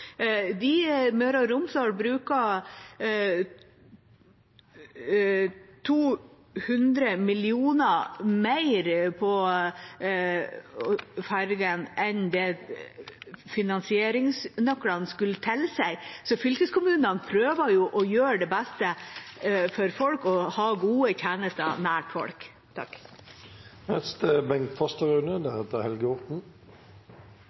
Møre og Romsdal bruker 200mill. kr mer på ferjer enn finansieringsnøklene skulle tilsi. Fylkeskommunene prøver jo å gjøre det beste for folk og ha gode tjenester nær folk.